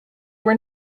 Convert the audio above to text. were